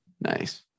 Nice